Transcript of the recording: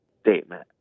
statement